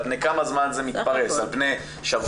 על פני כמה זמן זה מתפרס על פני שבוע,